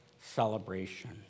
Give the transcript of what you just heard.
celebration